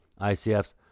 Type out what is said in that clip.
ICF's